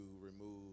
remove